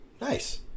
Nice